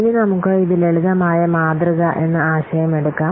ഇനി നമുക്ക് ഇത് ലളിതമായ മാതൃക എന്ന ആശയം എടുക്കാം